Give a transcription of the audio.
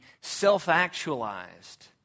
self-actualized